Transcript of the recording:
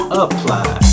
apply